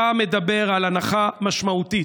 אתה מדבר על הנחה משמעותית,